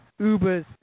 Uber's